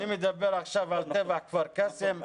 אני מדבר עכשיו על טבח כפר קאסם.